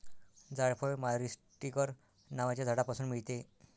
जायफळ मायरीस्टीकर नावाच्या झाडापासून मिळते